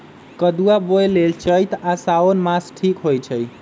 कदुआ बोए लेल चइत आ साओन मास ठीक होई छइ